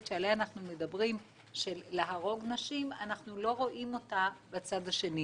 שעליה אנחנו מדברים של להרוג נשים אנחנו לא רואים אותה בצד השני,